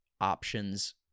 options